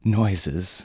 noises